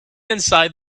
inside